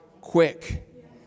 quick